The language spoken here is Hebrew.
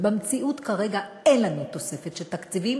ובמציאות כרגע אין לנו תוספת של תקציבים.